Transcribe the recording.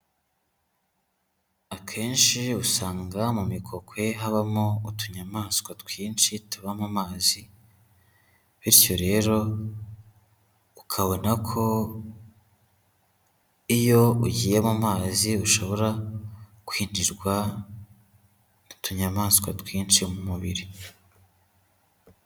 Akenshi usanga mu mikokwe habamo utunyamaswa twinshi tuba mu mazi, bityo rero ukabona ko iyo ugiye mu mazi ushobora kwinjirwa n'utunyamaswa twinshi mu mubiri.